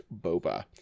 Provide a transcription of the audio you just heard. Boba